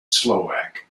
slovak